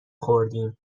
خوردیم